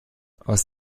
aus